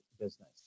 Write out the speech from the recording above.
business